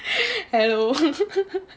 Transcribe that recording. hello